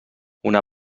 una